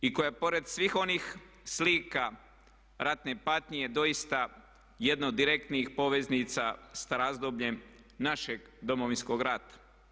I koja pored svih onih slika ratne patnje je doista jedna od direktnih poveznica s razdobljem našeg Domovinskog rata.